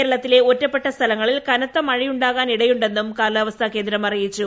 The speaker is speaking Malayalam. കേരളത്തിലെ ഒറ്റപ്പെട്ട സ്ഥലങ്ങളിൽ കനത്ത മഴയുണ്ടാകാൻ ഇടയുണ്ടെന്നും കാലാവസ്ഥാ കേന്ദ്രം അറിയിച്ചു